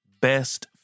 Best